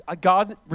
God